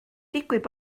digwydd